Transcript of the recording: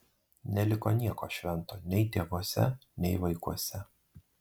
neliko nieko švento nei tėvuose nei vaikuose